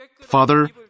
Father